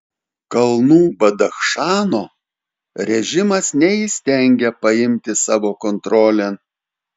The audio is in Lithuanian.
kalnų badachšano režimas neįstengia paimti savo kontrolėn